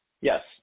Yes